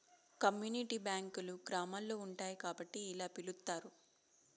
community బ్యాంకులు గ్రామాల్లో ఉంటాయి కాబట్టి ఇలా పిలుత్తారు